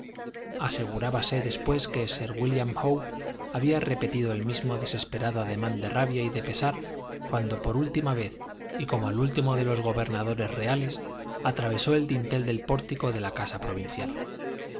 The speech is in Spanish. aire asegurábase después que sir wílliam howe había repetido el mismo desesperado ademán de rabia y de pesar cuando por última vez y como el último de los gobernadores reales atravesó el dintel del pórtico de la casa provincial